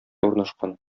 урнашкан